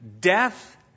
death